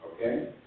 Okay